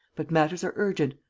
but matters are urgent.